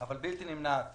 אבל בלתי נמנעת